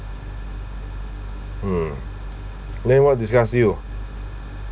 mm then what disgusts you